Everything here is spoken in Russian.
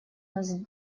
нас